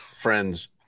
friends